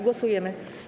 Głosujemy.